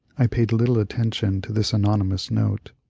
i paid little attention to this anonymous note,